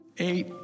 Eight